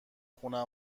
خونه